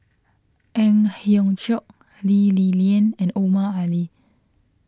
Ang Hiong Chiok Lee Li Lian and Omar Ali